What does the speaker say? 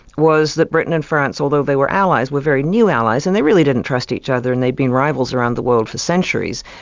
was that britain and france, although they were allies, were very new allies, and they really didn't trust each other, and they'd been rivals around the world for centuries.